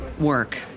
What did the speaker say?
work